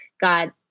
God